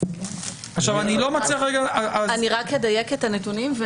אני רק אדייק את הנתונים.